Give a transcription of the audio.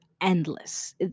endless